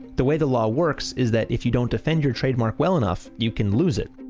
the way the law works is that if you don't defend your trademark well enough, you can lose it.